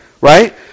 right